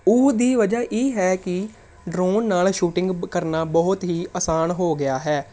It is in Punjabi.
ਉਹ ਦੀ ਵਜ੍ਹਾ ਇਹ ਹੈ ਕਿ ਡਰੋਨ ਨਾਲ ਸ਼ੂਟਿੰਗ ਕਰਨਾ ਬਹੁਤ ਹੀ ਆਸਾਨ ਹੋ ਗਿਆ ਹੈ